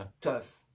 tough